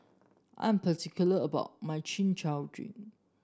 I'm particular about my Chin Chow Drink